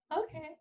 Okay